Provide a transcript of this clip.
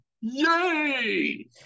yay